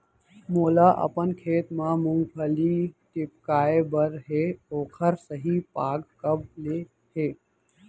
मोला अपन खेत म मूंगफली टिपकाय बर हे ओखर सही पाग कब ले हे?